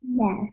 Yes